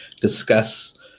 discuss